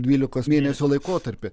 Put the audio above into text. dvylikos mėnesių laikotarpį